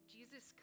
Jesus